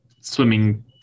swimming